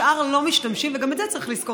השאר לא משתמשים, וגם את זה צריך לזכור.